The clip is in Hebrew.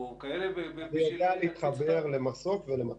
אני יודע להתחבר למסוק ולמטוס.